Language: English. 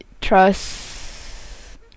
trust